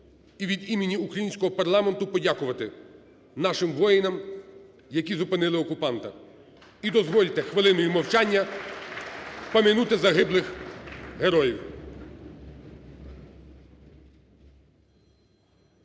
і від імені українського парламенту подякувати нашим воїнам, які зупинили окупанта. І дозвольте хвилиною мовчання пом'янути загиблих героїв.